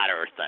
Earth